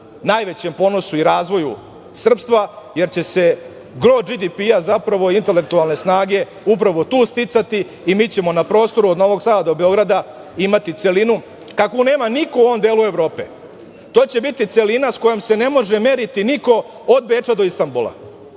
najvećem ponosu i razvoju srpstva, jer će se gro GDP-a zapravo intelektualne snage upravo tu sticati i mi ćemo na prostoru od Novog Sada do Beograda imati celinu kakvu nema niko u ovom delu Evrope. To će biti celina s kojom se ne može meriti niko od Beča do Istanbula,